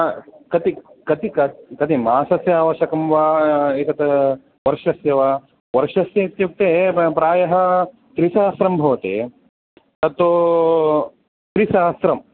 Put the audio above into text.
हा कति कतिकत् कति मासस्य आवश्यकं वा एतत् वर्षस्य वा वर्षस्य इत्युक्ते प्र प्रायः त्रिसहस्रं भवति तत्तू त्रिसहस्रम्